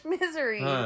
misery